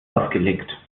ausgelegt